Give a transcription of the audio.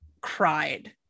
cried